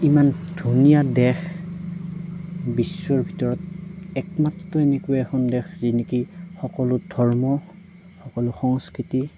ইমান ধুনীয়া দেশ বিশ্বৰ ভিতৰত একমাত্ৰ এনেকুৱা এখন দেশ যি নেকি সকলো ধৰ্ম সকলো সংস্কৃতি